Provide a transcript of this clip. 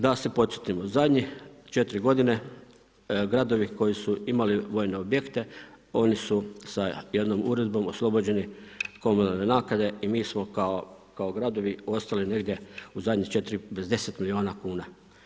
Da se podsjetimo, zadnjih četiri godine gradovi koji su imali vojne objekte oni su sa jednom uredbom oslobođeni komunalne naknade i mi smo kao gradovi ostali negdje u zadnjih četiri bez 10 milijuna kuna.